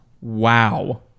Wow